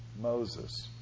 Moses